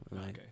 Okay